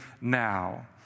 now